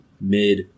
mid